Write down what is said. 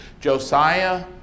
Josiah